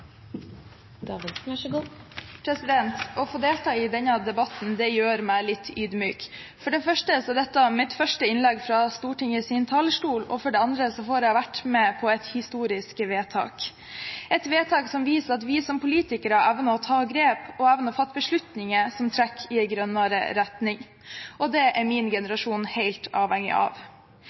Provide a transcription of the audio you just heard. Å få delta i denne debatten gjør meg litt ydmyk. For det første er dette mitt første innlegg fra Stortingets talerstol, og for det andre får jeg vært med på et historisk vedtak, et vedtak som viser at vi som politikere evner å ta grep og evner å fatte beslutninger som trekker i en grønnere retning. Det er min generasjon helt avhengig av.